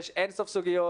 יש אינסוף סוגיות,